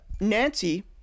Nancy